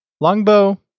Longbow